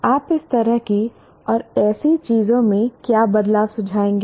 आप इस तरह की और ऐसी चीजों में क्या बदलाव सुझाएंगे